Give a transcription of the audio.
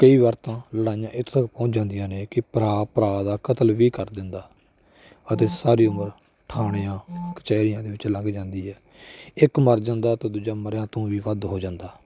ਕਈ ਵਾਰ ਤਾਂ ਲੜਾਈਆਂ ਇੱਥੋਂ ਤੱਕ ਪਹੁੰਚ ਜਾਂਦੀਆਂ ਨੇ ਕਿ ਭਰਾ ਭਰਾ ਦਾ ਕਤਲ ਵੀ ਕਰ ਦਿੰਦਾ ਅਤੇ ਸਾਰੀ ਉਮਰ ਠਾਣਿਆਂ ਕਚਹਿਰੀਆਂ ਦੇ ਵਿੱਚ ਲੰਘ ਜਾਂਦੀ ਹੈ ਇੱਕ ਮਰ ਜਾਂਦਾ ਅਤੇ ਦੂਜਾ ਮਰਿਆ ਤੋਂ ਵੀ ਵੱਧ ਹੋ ਜਾਂਦਾ